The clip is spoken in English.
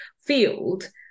field